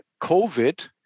COVID